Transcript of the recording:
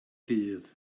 ddydd